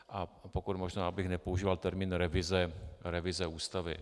A pokud možno bych nepoužíval termín revize Ústavy.